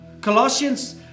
Colossians